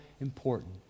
important